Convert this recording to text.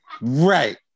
Right